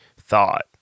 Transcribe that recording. thought